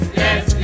yes